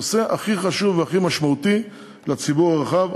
הנושא הכי חשוב והכי משמעותי לציבור הרחב.